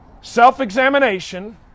Self-examination